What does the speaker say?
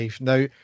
Now